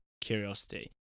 curiosity